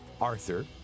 Arthur